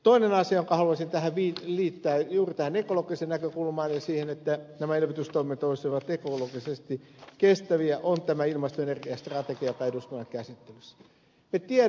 toinen asia jonka haluaisin liittää juuri tähän ekologiseen näkökulmaan eli siihen että nämä elvytystoimet olisivat ekologisesti kestäviä on tämä ilmasto ja energiastrategia joka on eduskunnan käsittelyssä